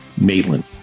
Maitland